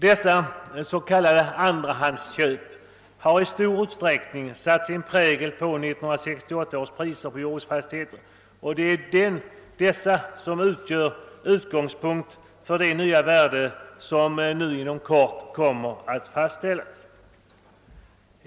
Dessa s.k. andrahandsköp har i stor utsträckning satt sin prägel på 1968 års priser på jordbruksfastigheter, och det är dessa som utgör utgångspunkten för de nya värden som inom kort kommer att fastställas.